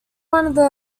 one